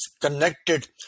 connected